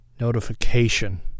notification